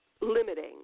limiting